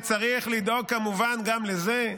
צריך לדאוג כמובן גם לזה.